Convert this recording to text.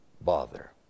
bother